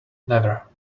never